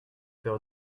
peur